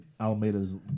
Almeida's